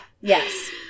yes